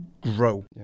grow